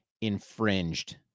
infringed